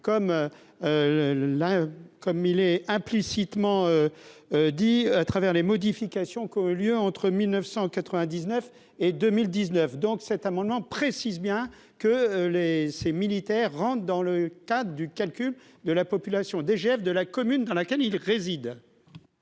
comme il est implicitement dit à travers les modifications au lieu entre 1999 et 2019 donc, cet amendement précise bien que les ces militaires rentre dans le cadre du calcul de la population DGF de la commune dans laquelle il réside.